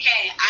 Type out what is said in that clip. okay